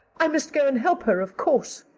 i must go and help her, of course.